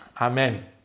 amen